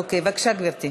אוקיי, בבקשה, גברתי.